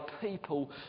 people